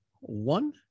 One